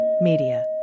Media